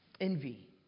envy